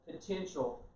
potential